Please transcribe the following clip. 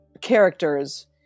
characters